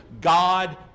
God